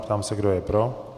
Ptám se, kdo je pro.